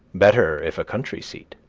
better if a country seat.